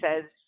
says